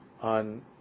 on